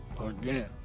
again